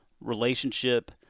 relationship